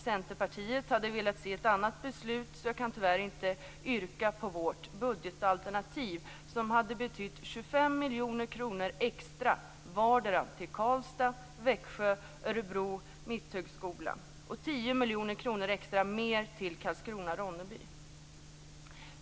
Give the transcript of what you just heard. Centerpartiet hade velat se ett annat beslut, så jag kan tyvärr inte yrka på vårt budgetalternativ som hade betytt 25 miljoner kronor extra vardera till Karlstad, Växjö, Örebro, Mitthögskolan och 10 miljoner kronor extra till Karlskrona/Ronneby.